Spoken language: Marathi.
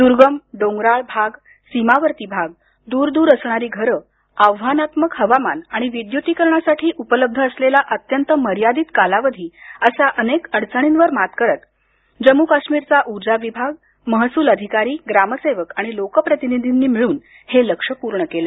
दुर्गम डोंगराळ भाग सीमावर्ती भाग दूर दूर असणारी घरं आव्हानात्मक हवामान आणि विद्युतीकरणासाठी उपलब्ध असलेला अत्यंत मर्यादित कालावधी अशा अनेक अडचणींवर मात करत जम्मू काश्मीरचा उर्जा विभाग महसूल अधिकारी ग्रामसेवक लोकप्रतिनिधी अशा सर्वांनी मिळून हे लक्ष्य पूर्ण केल